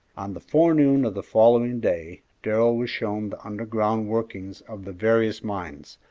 on the forenoon of the following day darrell was shown the underground workings of the various mines,